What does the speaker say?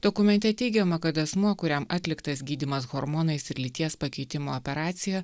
dokumente teigiama kad asmuo kuriam atliktas gydymas hormonais ir lyties pakeitimo operacija